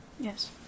Yes